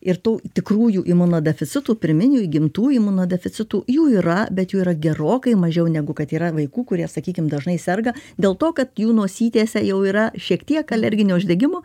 ir tų tikrųjų imunodeficitų pirminių įgimtų imunodeficitų jų yra bet jų yra gerokai mažiau negu kad yra vaikų kurie sakykim dažnai serga dėl to kad jų nosytėse jau yra šiek tiek alerginio uždegimo